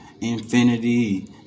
infinity